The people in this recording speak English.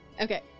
Okay